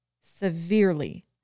severely